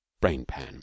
brain-pan